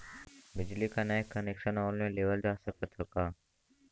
बिजली क नया कनेक्शन ऑनलाइन लेवल जा सकत ह का?